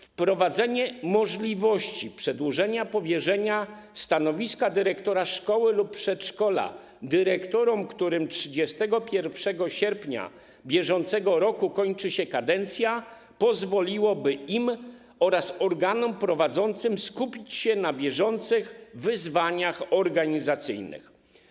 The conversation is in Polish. Wprowadzenie możliwości przedłużenia powierzenia stanowiska dyrektora szkoły lub przedszkola dyrektorom, którym 31 sierpnia br. kończy się kadencja, pozwoliłoby im oraz organom prowadzącym skupić się na bieżących wyzwaniach organizacyjnych.